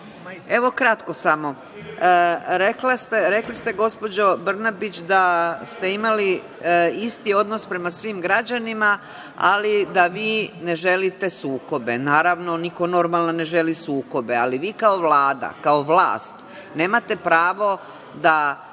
Evo, kratko samo. Rekli ste gospođo Brnabić da ste imali isti odnos prema svim građanima, ali da vi ne želite sukobe. Naravno, niko normalan ne želi sukobe, ali vi kao Vlada, kao vlast nemate pravo da